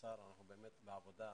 אנחנו באמת בעבודה משותפת,